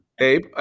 Abe